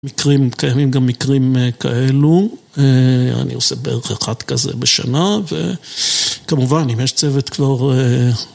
מקרים, קיימים גם מקרים כאלו, אני עושה בערך אחד כזה בשנה וכמובן אם יש צוות כבר